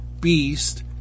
beast